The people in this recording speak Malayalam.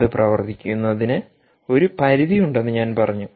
അത് പ്രവർത്തിക്കുന്നതിന് ഒരു പരിധി ഉണ്ടെന്ന് ഞാൻ പറഞ്ഞു